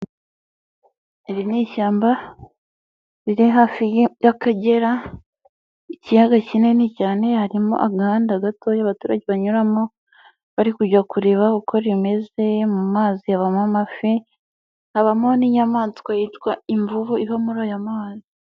Iri ni ishyamba riri hafi y'akagera, ikiyaga kinini cyane harimo agahanda gatoya abaturage banyuramo bari kujya kureba uko rimeze, mu mazi habamo amafi, habamo n'inyamaswa yitwa imvubu iba muri aya mahanzi.